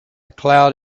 cloud